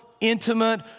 intimate